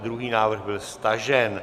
Druhý návrh byl stažen.